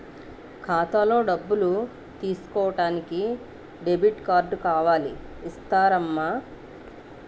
ఖాతాలో డబ్బులు తీసుకోడానికి డెబిట్ కార్డు కావాలి ఇస్తారమ్మా